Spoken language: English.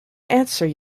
answer